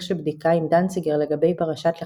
של בדיקה עם דנציגר לגבי פרשת לחיאני,